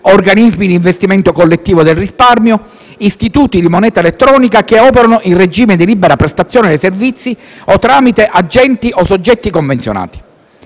organismi d'investimento collettivo del risparmio, istituti di moneta elettronica che operano in regime di libera prestazione dei servizi o tramite agenti o soggetti convenzionati.